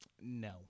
no